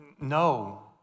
No